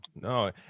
No